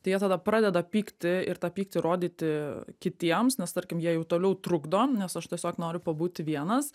tai jie tada pradeda pykti ir tą pyktį rodyti kitiems nes tarkim jie jau toliau trukdo nes aš tiesiog noriu pabūti vienas